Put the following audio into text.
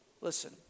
Listen